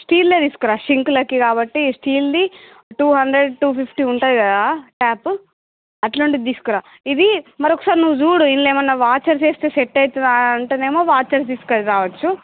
స్టీల్దే తీసుకురా సింకులోకి కాబట్టి స్టీల్ది టూ హండ్రెడ్ టూ ఫిఫ్టీ ఉంటుంది కదా ట్యాప్ అట్లాంటిది తీసుకురా ఇది మరొక్కసారి నువ్వు చూడు ఇదిలో ఏమైనా వాషర్ వేస్తే సెట్ అవుతుందా అంటే నేమో వాషర్ది తీసుకురావచ్చు